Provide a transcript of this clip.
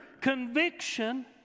conviction